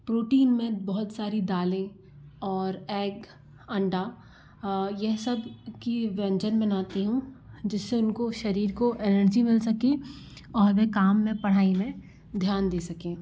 protein में बहुत सारी दालें और एग अंडा यह सब की व्यंजन बनती हूँ जिससे उनको शरीर को एनर्जी मिल सके और वे काम में पढ़ाई मे ध्यान दे सके